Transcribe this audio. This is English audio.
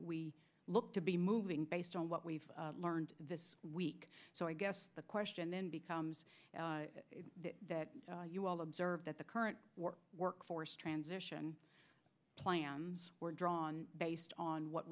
we look to be moving based on what we've learned this week so i guess the question then becomes that you all observe that the current workforce transition plans were drawn based on what